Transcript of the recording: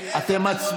איך אתה לא מתבייש?